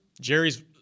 Jerry's